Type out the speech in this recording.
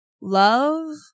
love